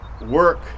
work